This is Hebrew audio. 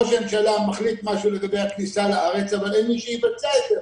ראש הממשלה מחליט משהו לגבי הכניסה לארץ אבל אין מי שיבצע את זה,